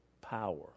power